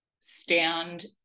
stand